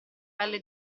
pelle